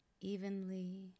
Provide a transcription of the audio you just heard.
evenly